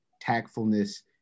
tactfulness